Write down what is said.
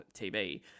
TV